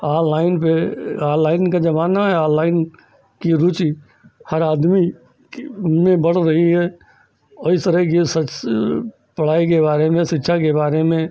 online पर online का ज़माना है ऑनलाइन की रुचि हर आदमी की उनमें बढ़ रही है और इस तरह की यह पढ़ाई के बारे में शिक्षा के बारे में